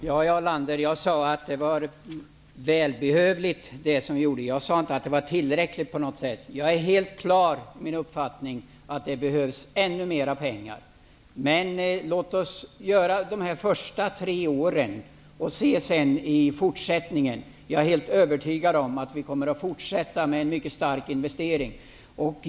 Fru talman! Jag sade, Jarl Lander, att det vi gjorde var väbehövligt. Jag sade inte att det var tillräckligt. Jag är helt klar i min uppfattning att det behövs ännu mera pengar. Men låt oss genomföra satsningar om de första tre åren och se sedan. Jag är helt övertygad om att vi kommer att fortsätta med en mycket stark investering.